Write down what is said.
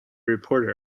reporter